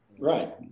Right